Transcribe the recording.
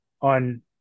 on